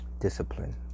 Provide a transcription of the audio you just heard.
discipline